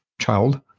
child